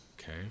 okay